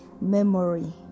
memory